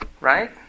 right